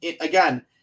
again